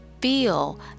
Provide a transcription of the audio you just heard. feel